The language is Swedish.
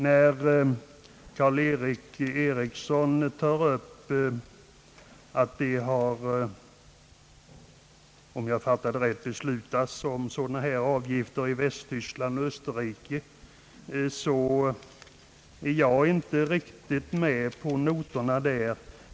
Herr Karl-Erik Eriksson menade, om jag fattade honom rätt, att liknande avgifter beslutats i Västtyskland och Österrike, men jag är inte riktigt med på noterna i detta fall.